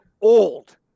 old